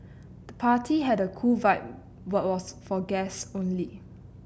the party had a cool vibe but was for guest only